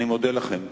אני מודה לכם.